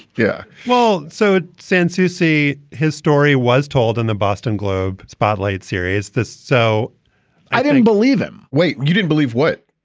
yeah, well so since you see his story was told in the boston globe spotlight series so i didn't believe him. wait, you didn't believe what?